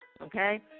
okay